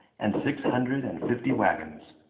and six hundred and fifty wagons.